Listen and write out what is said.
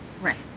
Right